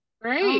Great